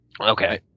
Okay